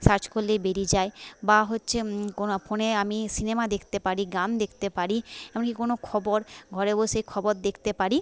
search করলেই বেরিয়ে যায় বা হচ্ছে কোনো ফোনে আমি সিনেমা দেখতে পারি গান দেখতে পারি এমনকি কোনো খবর ঘরে বসেই খবর দেখতে পারি